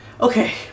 okay